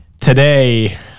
Today